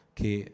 che